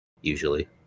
Usually